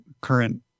current